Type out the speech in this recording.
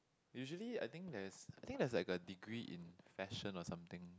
usually I think there's I think there's like a degree in fashion or something